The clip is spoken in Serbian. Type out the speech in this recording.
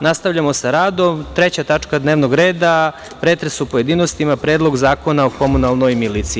Nastavljamo sa radom, 3. tačka dnevnog reda, pretres u pojedinostima, Predlog zakona o komunalnoj miliciji.